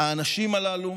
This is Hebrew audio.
האנשים הללו